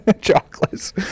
Chocolates